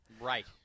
Right